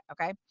Okay